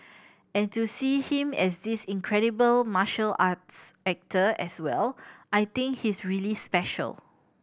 and to see him as this incredible martial arts actor as well I think he's really special